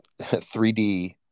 3d